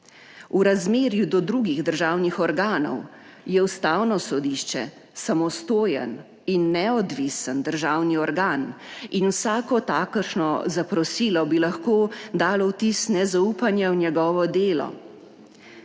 V razmerju do drugih državnih organov je Ustavno sodišče samostojen in neodvisen državni organ in vsako takšno zaprosilo bi lahko dalo vtis nezaupanja v njegovo delo.